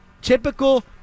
typical